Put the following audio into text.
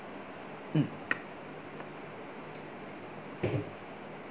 mm